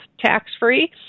tax-free